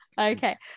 Okay